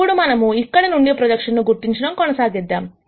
ఇప్పుడు మనము ఇక్కడి నుండి ప్రొజెక్షన్ ను గుర్తించడం కొనసాగిద్దాం